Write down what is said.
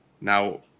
Now